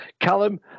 Callum